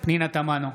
פנינה תמנו,